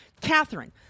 Catherine